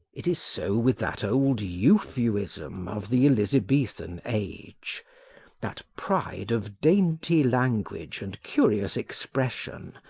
it is so with that old euphuism of the elizabethan age that pride of dainty language and curious expression,